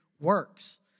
works